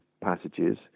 passages